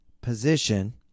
position